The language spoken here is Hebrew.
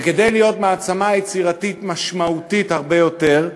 וכדי להיות מעצמה יצירתית משמעותית הרבה יותר,